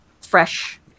fresh